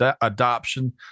adoption